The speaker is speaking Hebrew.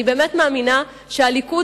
אני באמת מאמינה שהליכוד,